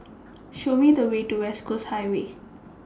Show Me The Way to West Coast Highway